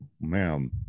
Ma'am